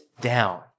down